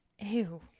Ew